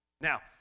Now